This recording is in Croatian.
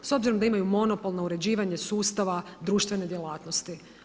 S obzirom da imaju monopol na uređivanje sustava društvene djelatnosti.